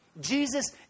Jesus